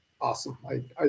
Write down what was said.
awesome